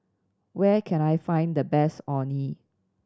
where can I find the best Orh Nee